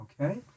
Okay